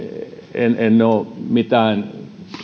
en en ole mitään